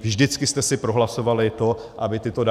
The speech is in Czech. Vždycky jste si prohlasovali to, aby tyto